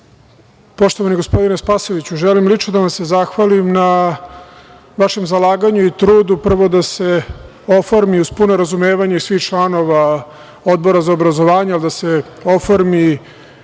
poštovani gospodine Spasojeviću, želim lično da vam se zahvalim na vašem zalaganju i trudu, prvo, da se oformi, uz puno razumevanje svih članova Odbora za obrazovanje, da se oformi